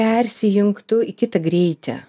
persijungtų į kitą greitį